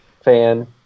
fan